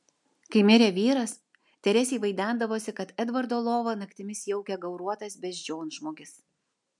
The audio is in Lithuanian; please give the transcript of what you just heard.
kai mirė vyras teresei vaidendavosi kad edvardo lovą naktimis jaukia gauruotas beždžionžmogis